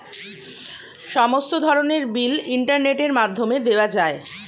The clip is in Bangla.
সমস্ত ধরনের বিল ইন্টারনেটের মাধ্যমে দেওয়া যায়